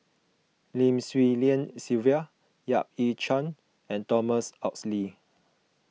Lim Swee Lian Sylvia Yap Ee Chian and Thomas Oxley